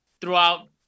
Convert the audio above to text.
throughout